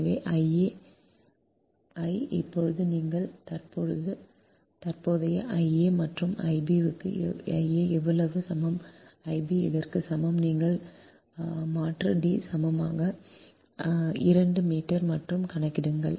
எனவே I a I இப்போது இங்கே நீங்கள் தற்போதைய I a மற்றும் I b I a இவ்வளவுக்கு சமம் I b இதற்கு சமம் நீங்கள் மாற்று D சமமாக 2 மீட்டர் மற்றும் கணக்கிடுங்கள்